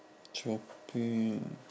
shopping